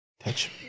Touch